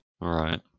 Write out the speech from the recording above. Right